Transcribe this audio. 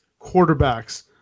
quarterbacks